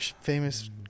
famous